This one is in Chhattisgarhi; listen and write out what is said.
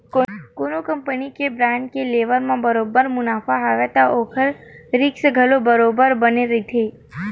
कोनो कंपनी के बांड के लेवब म बरोबर मुनाफा हवय त ओखर रिस्क घलो बरोबर बने रहिथे